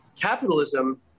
capitalism